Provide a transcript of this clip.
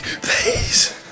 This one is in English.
Please